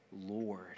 Lord